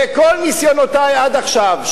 וכל ניסיונותי עד עכשיו,